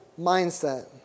mindset